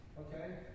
okay